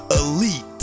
elite